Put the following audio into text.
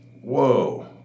Whoa